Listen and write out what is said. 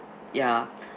ya